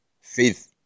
faith